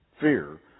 Fear